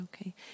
Okay